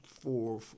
four